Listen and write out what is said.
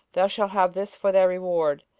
thou shalt have this for thy reward,